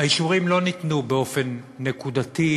האישורים לא ניתנו באופן נקודתי,